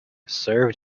served